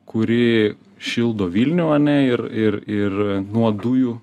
kuri šildo vilnių ane ir ir ir nuo dujų